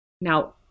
Now